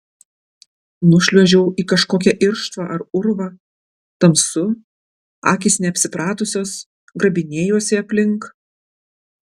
nušliuožiau į kažkokią irštvą ar urvą tamsu akys neapsipratusios grabinėjuosi aplink